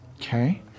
Okay